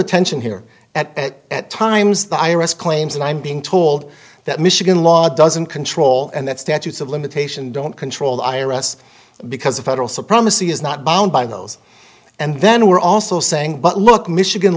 attention here and at times the i r s claims and i'm being told that michigan law doesn't control and that statutes of limitation don't control the i r s because the federal supremacy is not bound by those and then we're also saying but look michigan